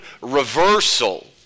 reversal